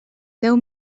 deu